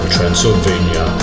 Transylvania